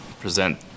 present